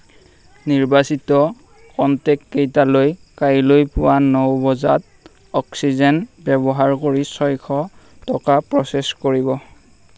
নিৰ্বাচিত কনটেক্টকেইটালৈ কাইলৈ পুৱা ন বজাত অক্সিজেন ব্যৱহাৰ কৰি ছয়শ টকা প্ৰ'চেছ কৰিব